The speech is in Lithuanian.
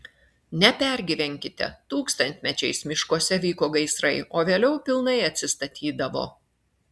nepergyvenkite tūkstantmečiais miškuose vyko gaisrai o vėliau pilnai atsistatydavo